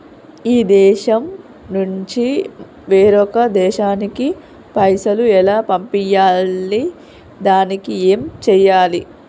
ఈ దేశం నుంచి వేరొక దేశానికి పైసలు ఎలా పంపియ్యాలి? దానికి ఏం చేయాలి?